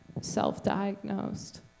self-diagnosed